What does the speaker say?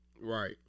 Right